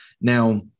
Now